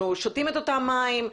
אנחנו שותים את אותם מים,